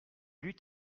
eut